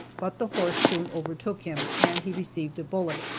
but the horse soon overtook him, and he received a bullet.